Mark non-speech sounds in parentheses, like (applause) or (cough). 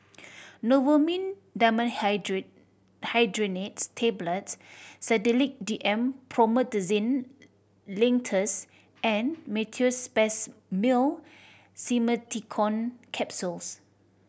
Novomin (unintelligible) Tablets Sedilix D M Promethazine Linctus and Meteospasmyl Simeticone Capsules